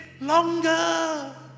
longer